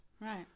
Right